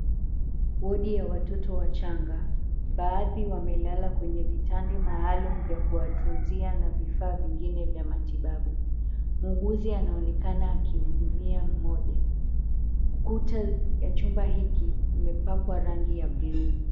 Wodi ya watoto wachanga. Baadhi wamelala kwenye vitanda maalum vya kuwatunzia na vifaa maalum vingine vya matibabu. Muuguzi anaonekana akihudumia mmoja. Kuta ya chumba hiki imepakwa rangi ya buluu.